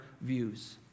views